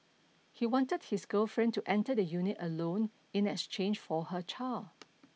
he wanted his girlfriend to enter the unit alone in exchange for her child